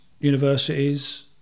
universities